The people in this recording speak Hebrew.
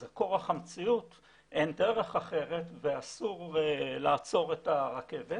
זה כורח המציאות ואין דרך אחרת ואסור לעצור את הרכבת